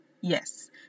yes